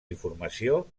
informació